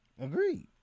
Agreed